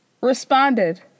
responded